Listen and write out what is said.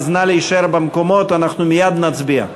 אז נא להישאר במקומות, אנחנו מייד נצביע.